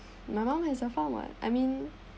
my mom has a fund [what] I mean